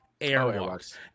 Airwalks